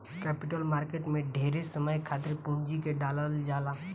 capital market में ढेरे समय खातिर पूंजी के डालल जाला